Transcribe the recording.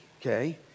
Okay